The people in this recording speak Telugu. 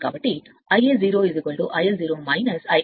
కాబట్టి Ia 0 IL 0 ఉంటే కాబట్టి 5 1